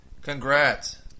Congrats